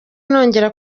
nongera